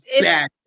bad